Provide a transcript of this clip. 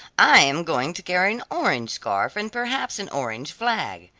i am going to carry an orange scarf, and perhaps an orange flag.